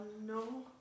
No